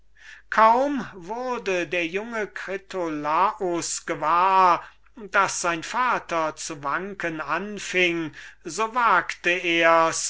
kaum wurde der junge critolaus gewahr daß sein vater zu wanken anfing so wagte er's